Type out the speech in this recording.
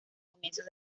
comienzos